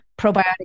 probiotic